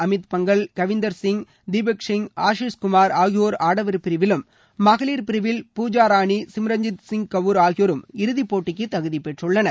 அமித் பங்கல் கவீன்தர் சிங் தீபக் சிங் ஆசிஷ் குமார் ஆகியோர் ஆடவர் பிரிவிலும் இந்தியாவின் மகளிர் பிரிவில் பூஜா ராணி சிம்ரஞ்ஜித் கவுர் ஆகியோரும் இறுதி போட்டிக்கு தகுதி பெற்றுள்ளனர்